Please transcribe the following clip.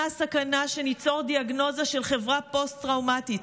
סכנה שניצור דיאגנוזה של חברה פוסט-טראומטית.